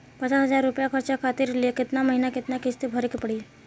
पचास हज़ार रुपया कर्जा खातिर केतना महीना केतना किश्ती भरे के पड़ी?